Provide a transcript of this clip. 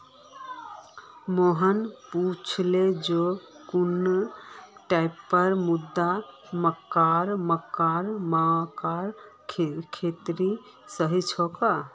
मोहन पूछले जे कुन टाइपेर मृदा मक्कार खेतीर सही छोक?